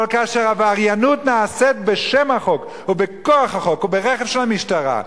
אבל כאשר עבריינות נעשית בשם החוק ובכוח החוק וברכב של המשטרה,